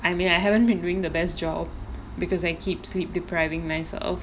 I mean I haven't been doing the best job because I keep sleep depriving myself